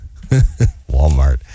Walmart